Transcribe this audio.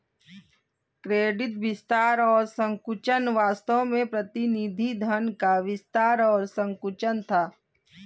credit विस्तार और संकुचन वास्तव में प्रतिनिधि धन का विस्तार और संकुचन था